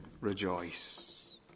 rejoice